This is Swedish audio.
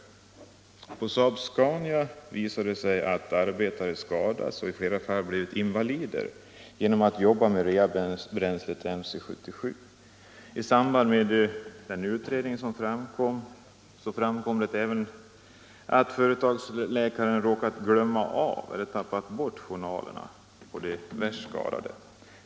På Saab-Scania visade det sig att arbetare skadats och i flera fall blivit invalider genom att de jobbat med reabränslet MC 77. I samband med den utredningen framkom även att företagsläkaren råkat ”glömma av” eller ”tappa bort” journalerna på de värst skadade.